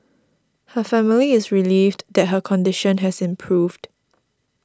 her family is relieved that her condition has improved